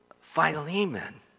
Philemon